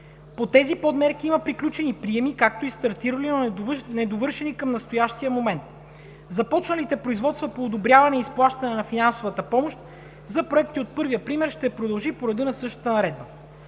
По тези подмерки има приключени приеми, както и стартирали, но недовършени към настоящия момент. Започналите производства по одобряване и изплащане на финансовата помощ за проекти от първия пример ще продължи по реда на същата наредба,